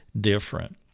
different